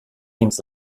dins